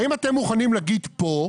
האם אתם מוכנים להגיד כאן?